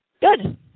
Good